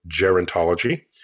gerontology